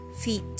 feet